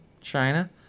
China